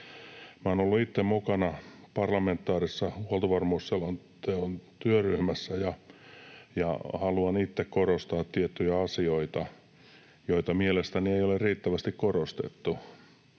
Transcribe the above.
olen ollut itse mukana parlamentaarisessa huoltovarmuusselonteon työryhmässä ja haluan itse korostaa tiettyjä asioita, joita mielestäni ei ole riittävästi korostettu.